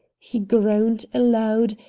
he groaned aloud,